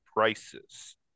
prices